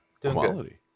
Quality